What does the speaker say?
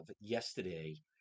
yesterday